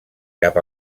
cap